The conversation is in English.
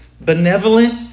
benevolent